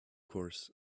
course